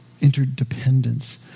interdependence